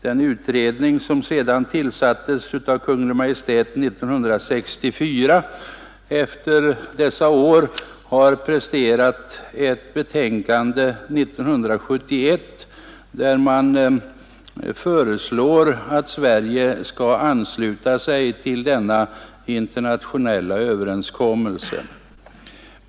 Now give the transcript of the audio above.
Den utredning som tillsattes av Kungl. Maj:t 1964 har efter dessa år presenterat ett betänkande 1971, där man föreslår att Sverige skall ansluta sig till denna internationella överenskommelse.